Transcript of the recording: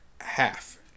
half